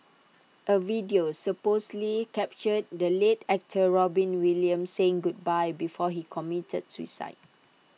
A video supposedly captured the late actor Robin Williams saying goodbye before he committed suicide